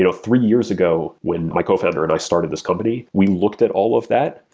you know three years ago, when my cofounder and i started this company, we looked at all of that.